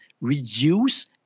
reduce